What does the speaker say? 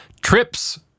trips